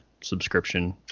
subscription